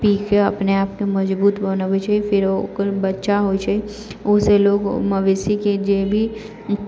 पीके अपने आपके मजबूत बनबै छै फिर ओकर बच्चा होइ छै उ सँ लोक मवेशीके जे भी